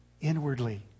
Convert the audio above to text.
inwardly